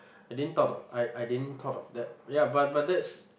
I didn't thought of I I didn't talk of that ya but but that's